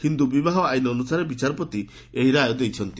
ହିନ୍ଦୁ ବିବାହ ଆଇନ ଅନୁସାରେ ବିଚାରପତି ଏହି ରାୟ ଦେଇଛନ୍ତି